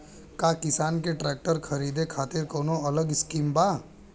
का किसान के ट्रैक्टर खरीदे खातिर कौनो अलग स्किम बा?